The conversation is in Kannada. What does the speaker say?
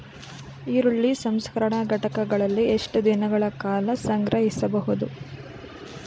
ಈರುಳ್ಳಿಯನ್ನು ಸಂಸ್ಕರಣಾ ಘಟಕಗಳಲ್ಲಿ ಎಷ್ಟು ದಿನಗಳ ಕಾಲ ಸಂಗ್ರಹಿಸಬಹುದು?